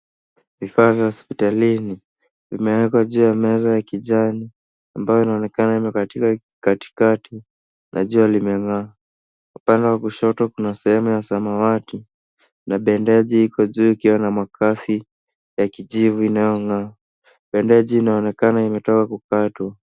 Vifaa vya hospitalini vimewekwa juu ya meza ya kijani ambayo ineonekana imekatika katikati na jua limeng'aa. Upande wa kushoto kuna sehemu ya samawati na bendeji iko juu ikiwa na makasi ya kijivu inayong'aa. Bendeji inaonekana imetoka kukatwa.